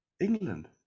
england